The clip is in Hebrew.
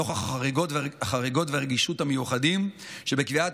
נוכח החריגות והרגישות המיוחדים שבקביעת